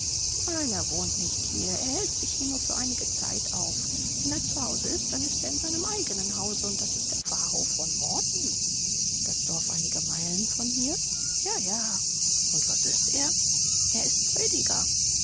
er wohnt nicht hier er hält sich hier nur für einige zeit auf wenn er zu hause ist dann ist er in seinem eigenen hause und das ist der pfarrhof von morton das dorf einige meilen von hier ja ja und was ist er er ist